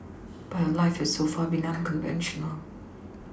but her life has so far been unconventional